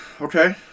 Okay